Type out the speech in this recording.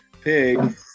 Pig